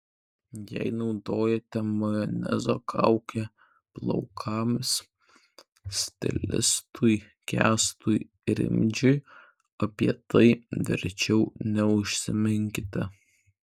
jei naudojate majonezo kaukę plaukams stilistui kęstui rimdžiui apie tai verčiau neužsiminkite